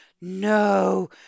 no